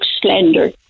slender